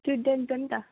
student हो नि त